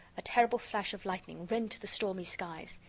a terrible flash of lightning rent the stormy skies.